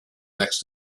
next